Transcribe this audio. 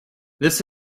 this